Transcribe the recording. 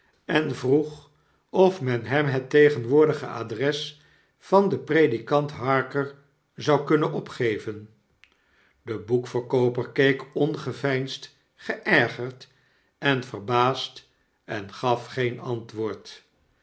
en vroeg of men hem het tegenwoordige adres van den predikant harker zou kunnen opgeven de boekverkooper keek ongeveinsd geergerd en verbaasd en gaf geen antwoord